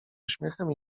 uśmiechem